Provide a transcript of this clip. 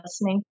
listening